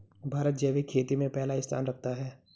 भारत जैविक खेती में पहला स्थान रखता है